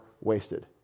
wasted